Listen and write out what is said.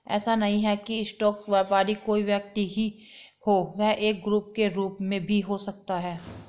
ऐसा नहीं है की स्टॉक व्यापारी कोई व्यक्ति ही हो वह एक ग्रुप के रूप में भी हो सकता है